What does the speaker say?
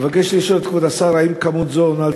אבקש לשאול את כבוד השר: 1. האם מספר זה עונה על